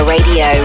Radio